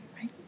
right